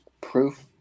proof